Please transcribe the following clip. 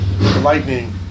lightning